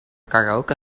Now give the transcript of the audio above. karaoke